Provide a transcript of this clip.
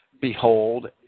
Behold